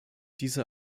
diese